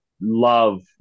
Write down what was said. love